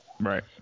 right